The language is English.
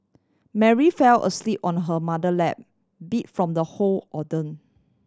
Mary fell asleep on her mother lap beat from the whole